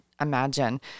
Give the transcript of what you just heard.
imagine